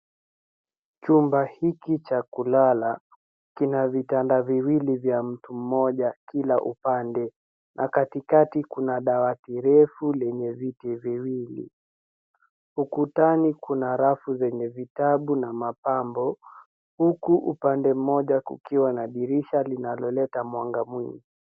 Chumba hiki cha kulala kina vitanda viwili vya mtu mmoja kila upande na katikati kuna dawati refu lenye viti viwili. Ukutani kuna rafu zenye vitabu na mapambo, huku upande mmoja kukiwa na dirisha linaloleta mwanga mwingi.